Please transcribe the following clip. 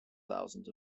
thousands